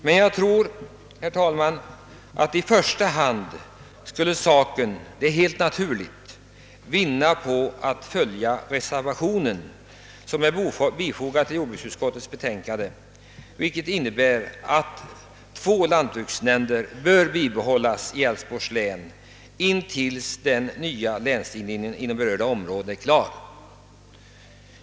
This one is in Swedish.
Men i första hand skulle saken — helt naturligt — vinna på att reservationen 3 i jordbruksutskottets utlåtande nr 18 följdes. Ett bifall till den reservationen innebär att två lantbruksnämnder bibehålls i Älvsborgs län till dess att den nya länsindelningen inom berörda områden är klar.